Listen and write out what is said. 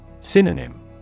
Synonym